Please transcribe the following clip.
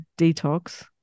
detox